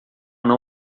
não